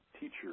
teacher